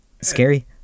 scary